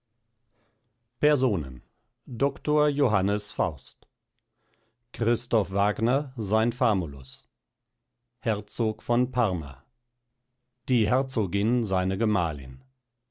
personen doctor johannes faust christoph wagner sein famulus herzog von parma die herzogin seine gemahlin